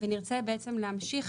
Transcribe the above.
ונרצה להמשיך